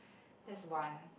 that's one